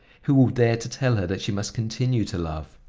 who will dare to tell her that she must continue to love?